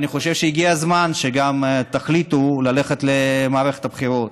אני חושב שהגיע הזמן שגם תחליטו ללכת למערכת הבחירות.